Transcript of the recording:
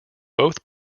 both